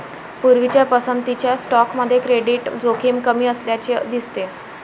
पूर्वीच्या पसंतीच्या स्टॉकमध्ये क्रेडिट जोखीम कमी असल्याचे दिसते